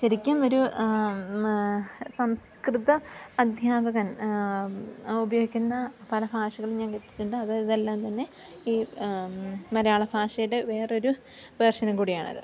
ശരിക്കും ഒരു സംസ്കൃത അദ്ധ്യാപകൻ ഉപയോഗിക്കുന്ന പല ഭാഷകൾ ഞാൻ കേട്ടിട്ടുണ്ട് അത് ഇതെല്ലാം തന്നെ ഈ മലയാള ഭാഷയുടെ വേറൊരു വേർഷനും കൂടിയാണത്